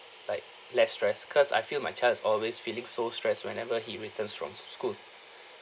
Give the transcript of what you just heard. like less stressed cause I feel my child's always feeling so stressed whenever he returns from school